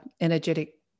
energetic